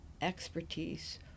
expertise